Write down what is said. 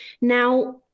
Now